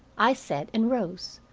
i said, and rose.